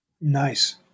Nice